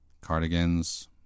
cardigans